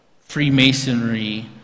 Freemasonry